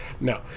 No